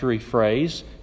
phrase